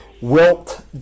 Wilt